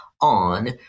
on